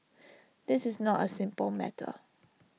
this is not A simple matter